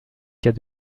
cas